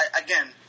again